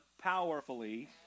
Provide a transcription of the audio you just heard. powerfully